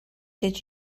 did